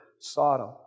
Sodom